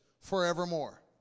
forevermore